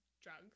drugs